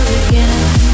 again